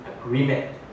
agreement